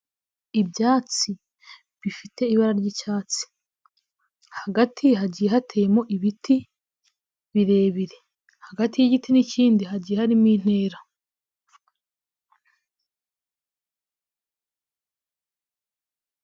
Ibyatsi bifite ibara ry'icyatsi, hagati hagiye hateyemo ibiti birebire, hagati y'igiti n'ikindi hagiye harimo intera.